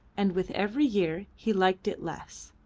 and with every year he liked it less.